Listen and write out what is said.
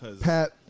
Pat